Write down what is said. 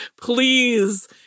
Please